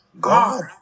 God